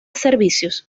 servicios